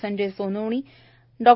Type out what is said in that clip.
Sanjay Sonawani Dr